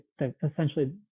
essentially